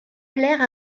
plaire